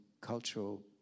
cultural